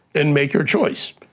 and make your choice.